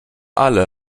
alle